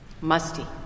Musty